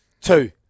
Two